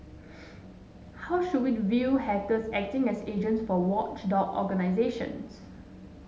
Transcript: how should we view hackers acting as agents for watchdog organisations